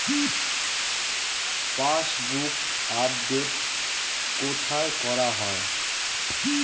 Passbook update কোথায় করা হয়?